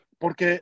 porque